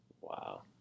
wow